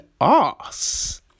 ass